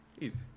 Easy